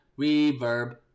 Reverb